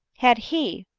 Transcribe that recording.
had he,